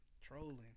trolling